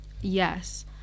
yes